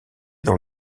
dans